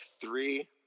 three